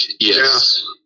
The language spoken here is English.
Yes